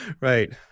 right